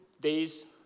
days